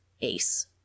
ace